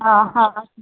हा हा